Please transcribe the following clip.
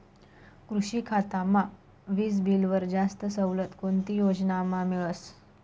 कृषी खातामा वीजबीलवर जास्त सवलत कोणती योजनामा मिळस?